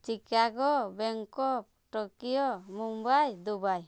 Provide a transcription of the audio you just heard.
Chicago Bangkok Tokyo Mumbai Dubai